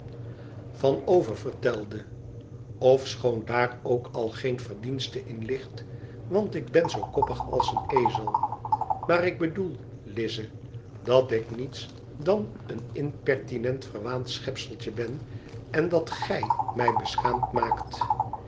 van oververtelde ofschoon daar ook al geen verdienste in list want ik ben zoo koppig als een ezel maar ik bedoel lize dat ik mets dan een inpertinent verwaand schepseltje ben en dat gij mij beschaamd maakt